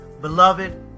Beloved